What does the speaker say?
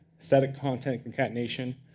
static content concatenation.